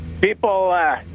people